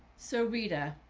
so rita,